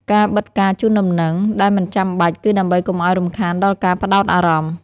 ការបិទការជូនដំណឹង ដែលមិនចាំបាច់ គឺដើម្បីកុំឱ្យរំខានដល់ការផ្តោតអារម្មណ៍។